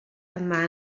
yma